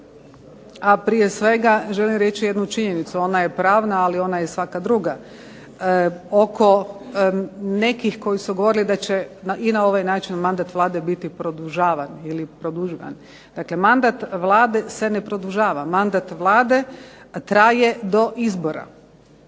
a prije svega želim reći jednu činjenicu. Ona je pravna, ali ona je i svaka druga. Oko nekih koji su govorili da će i na ovaj način mandat Vlade biti produžavan, dakle mandat Vlade se ne produžava, mandat Vlade traje do izbora.